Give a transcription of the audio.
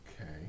Okay